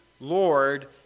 Lord